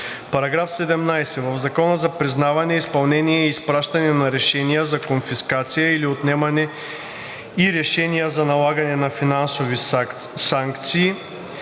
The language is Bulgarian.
§ 17: „§ 17. В Закона за признаване, изпълнение и изпращане на решения за конфискация или отнемане и решения за налагане на финансови санкции